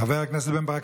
חבר הכנסת רם בן ברק,